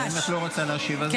אם את לא רוצה להשיב, אז לא.